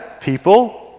people